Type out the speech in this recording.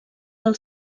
del